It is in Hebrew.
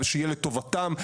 ושיהיה לטובתם,